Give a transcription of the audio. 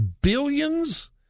billions